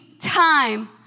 time